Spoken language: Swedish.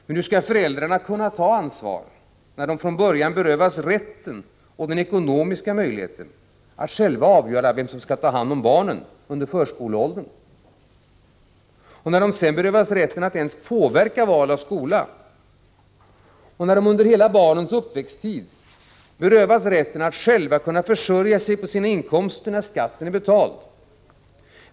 Men hur skall föräldrarna kunna ta ansvar när de från början berövas rätten och den ekonomiska möjligheten att själva få avgöra vem som skall ta hand om barnen under förskoleåldern, när de sedan berövas rätten att ens påverka val av skola och när de under hela barnens uppväxttid berövas rätten att själva kunna försörja sig på sina inkomster när skatten är betald?